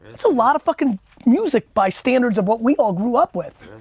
that's a lot of fuckin' music by standards of what we all grew up with.